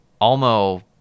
Almo